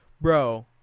bro